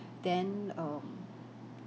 then um